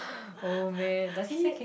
he i think he's a